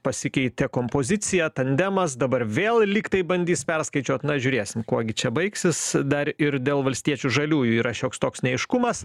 pasikeitė kompozicija tandemas dabar vėl lyg tai bandys perskaičiuot na žiūrėsim kuo gi čia baigsis dar ir dėl valstiečių žaliųjų yra šioks toks neaiškumas